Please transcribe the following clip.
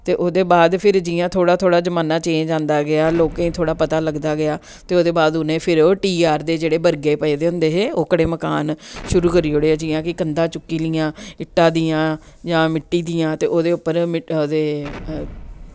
ते ओह्दे बाद फिर जियां थोह्ड़ा थोह्ड़ा जमाना चेंज आंदा गेआ लोकें थोह्ड़ा पता लगदा गेआ ते ओह्दे बाद उनै फिर टी आर दे जेह्ड़े बर्गे पाए दे होंदे हे ओकड़े मकान शुरू करी ओड़े जियां कि कन्दां चुक्की लियां इट्टा दियां जां मिट्टी दियां ते ओह्दे उप्पर ओह्दे